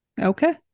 okay